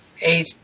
age